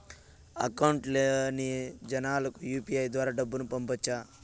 Account లేని జనాలకు UPI ద్వారా డబ్బును పంపొచ్చా?